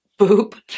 boop